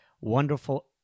wonderful